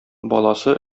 баласы